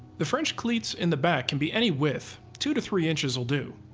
the french cleats in the back can be any width, two to three inches will do.